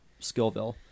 skillville